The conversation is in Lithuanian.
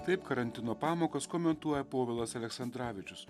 taip karantino pamokas komentuoja povilas aleksandravičius